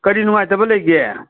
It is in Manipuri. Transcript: ꯀꯔꯤ ꯅꯨꯡꯉꯥꯏꯇꯕ ꯂꯩꯒꯦ